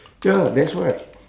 ya that's why